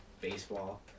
baseball